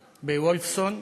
בוולפסון,